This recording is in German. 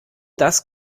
das